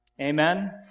Amen